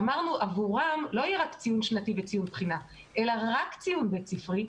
אמרנו שעבורם לא יהיה רק ציון שנתי וציון בחינה אלא רק ציון בית ספרי,